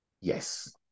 Yes